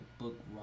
book